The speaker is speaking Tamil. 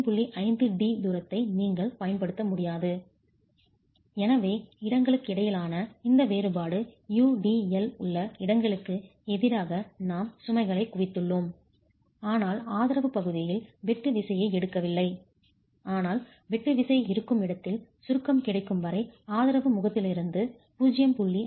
5 d தூரத்தை நீங்கள் பயன்படுத்த முடியாது எனவே இடங்களுக்கிடையிலான இந்த வேறுபாடு UDL உள்ள இடங்களுக்கு எதிராக நாம் சுமைகளை குவித்துள்ளோம் ஆனால் ஆதரவு பகுதியில் வெட்டு விசையை எடுக்கவில்லை ஆனால் வெட்டு விசை இருக்கும் இடத்தில் சுருக்கம் கிடைக்கும் வரை ஆதரவு முகத்திலிருந்து 0